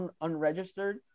unregistered